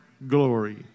glory